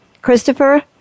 Christopher